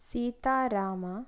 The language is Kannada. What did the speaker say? ಸೀತಾರಾಮ